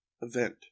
event